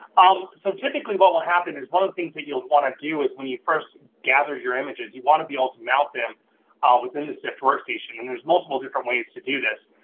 ah so typically what will happen is one of the things that you'll wanna do is when you first gather your images, you wanna be able to mount them ah within the sift workstation and there's multiple different ways to do this.